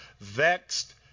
vexed